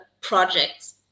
projects